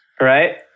Right